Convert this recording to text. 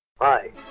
Hi